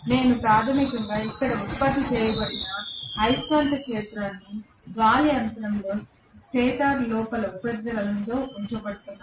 నేను ప్రాథమికంగా ఇక్కడ ఉత్పత్తి చేయబడిన అయస్కాంత క్షేత్రాన్ని గాలి అంతరంలో స్టేటర్ లోపలి ఉపరితలంలో ఉంచబోతున్నాను